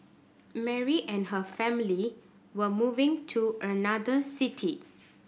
Mary and her family were moving to another city